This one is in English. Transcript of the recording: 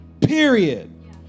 period